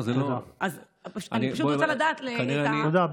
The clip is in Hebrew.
אני פשוט רוצה לדעת, תודה.